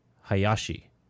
Hayashi